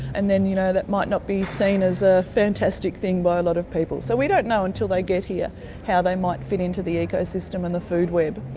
and then you know that might not be seen as a fantastic thing by a lot of people. so we don't know until they get here how they might fit into the ecosystem and the food web.